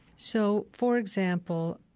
so, for example,